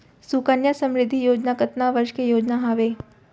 सुकन्या समृद्धि योजना कतना वर्ष के योजना हावे?